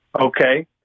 Okay